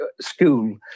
school